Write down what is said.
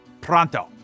pronto